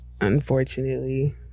unfortunately